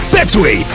Betway